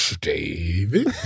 David